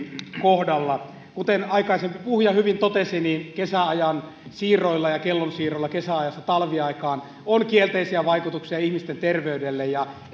kohdalla kuten aikaisempi puhuja hyvin totesi kesäajan siirroilla ja kellojen siirroilla kesäajasta talviaikaan on kielteisiä vaikutuksia ihmisten terveyteen ja